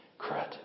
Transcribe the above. Crud